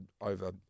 over